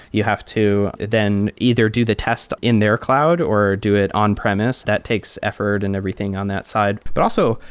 you have to then either do the test in their cloud or do it on-premise. that takes effort and everything on that side. but also,